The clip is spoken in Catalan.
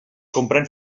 comprèn